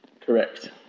Correct